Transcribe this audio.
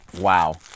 Wow